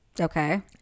Okay